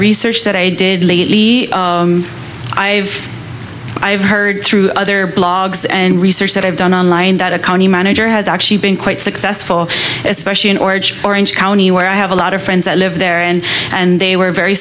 research that i did lately i've i've heard through other blogs and research that i've done online that a county manager has actually been quite successful especially in orange orange county where i have a lot of friends that live there and and they were very